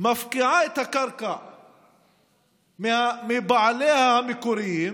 מפקיעה את הקרקע מבעליה המקוריים,